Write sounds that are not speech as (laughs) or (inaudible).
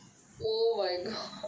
oh my god (laughs)